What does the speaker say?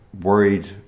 worried